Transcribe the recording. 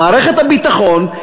למערכת הביטחון,